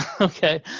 Okay